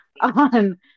on